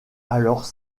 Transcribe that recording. alors